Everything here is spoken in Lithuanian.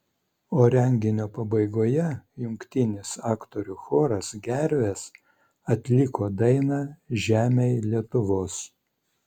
o renginio pabaigoje jungtinis aktorių choras gervės atliko dainą žemėj lietuvos